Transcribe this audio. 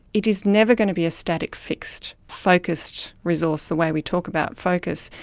it is never going to be a static, fixed, focused resource the way we talk about focus,